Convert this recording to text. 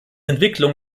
entwicklung